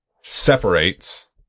separates